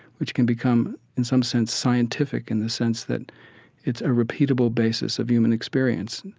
which can become in some sense scientific in the sense that it's a repeatable basis of human experience,